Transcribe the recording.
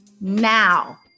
now